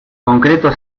concreto